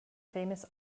famous